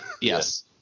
Yes